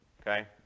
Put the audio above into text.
Okay